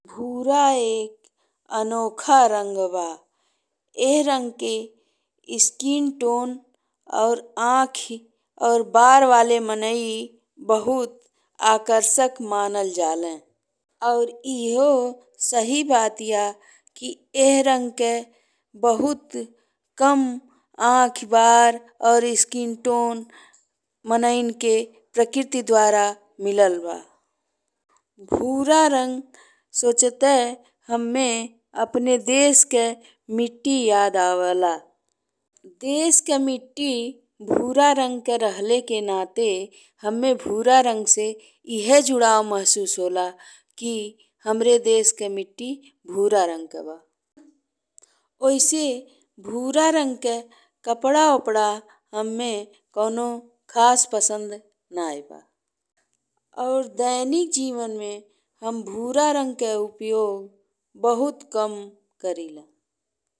भूरा एक अनोखा रंग बा। एह रंग के स्किन टोन और आंखी और बार वाले मनई बहुते आकर्षक मानल जाले और एहो सही बाती या कि एह रंग के बहुत कम आंखी, बार और स्किन टोन मनई के प्रकृति द्वारा मिलल बा। भूरा रंग सोचते हम्मे अपने देश के मिट्टी याद आवेला। देश के मिट्टी भूरा रंग के रहले के नाते हम्मे भूरा रंग से एह जुड़ाव महसूस होला कि हमर देश के मिट्टी भूरा रंग के बा। ओइसे भूरा रंग के कपड़ा ओपड़ा हम्मे कवनो खास पसंद नाहीं बा और दैनिक जीवन में हम भूरा रंग के उपयोग बहुत कम करिला।